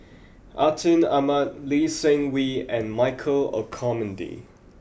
Atin Amat Lee Seng Wee and Michael Olcomendy